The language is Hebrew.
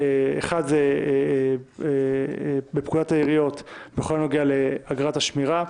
אחד זה פקודת העיריות בכל הנוגע לאגרת השמירה,